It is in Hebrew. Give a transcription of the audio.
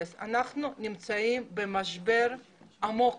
תכלס, אנחנו נמצאים במשבר עמוק